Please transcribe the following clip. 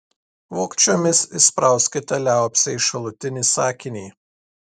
vogčiomis įsprauskite liaupsę į šalutinį sakinį